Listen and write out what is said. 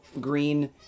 green